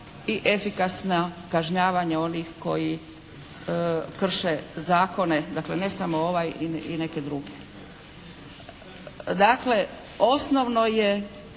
i efikasno kažnjavanje onih koji krše zakone, dakle ne samo ovaj i neke druge. Dakle, osnovno je